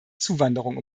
zuwanderung